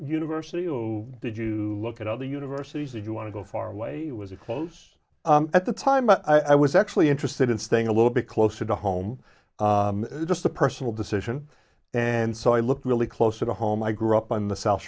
university or did you look at other universities if you want to go far away it was a close at the time i was actually interested in staying a little bit closer to home just a personal decision and so i looked really closer to home i grew up on the south